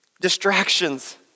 Distractions